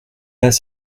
pas